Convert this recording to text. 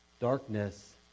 Darkness